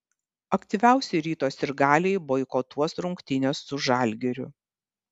aktyviausi ryto sirgaliai boikotuos rungtynes su žalgiriu